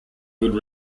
good